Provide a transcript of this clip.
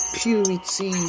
purity